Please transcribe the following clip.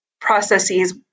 processes